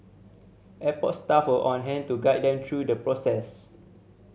airport staff were on hand to guide them through the process